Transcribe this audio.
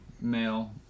male